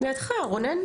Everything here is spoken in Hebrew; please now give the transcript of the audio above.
רונן.